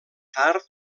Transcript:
tard